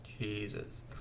Jesus